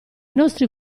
nostri